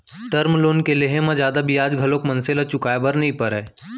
term loan के लेहे म जादा बियाज घलोक मनसे ल चुकाय बर नइ परय